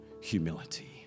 humility